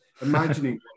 imagining